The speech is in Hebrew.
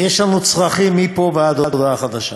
יש לנו צרכים מפה ועד הודעה חדשה.